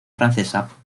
francesa